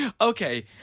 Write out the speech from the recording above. Okay